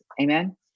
amen